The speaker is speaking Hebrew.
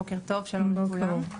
בוקר טוב, שלום לכולם.